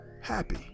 happy